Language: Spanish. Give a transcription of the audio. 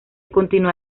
continúa